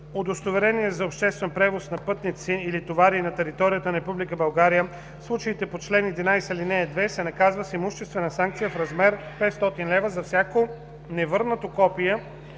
удостоверение за обществен превоз на пътници или товари на територията на Република България в случаите по чл. 11, ал. 2 се наказва с имуществена санкция в размер 500 лв. за всяко невърнато копие